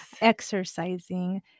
Exercising